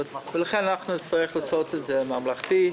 לכן אנחנו נצטרך לעשות את זה ממלכתי.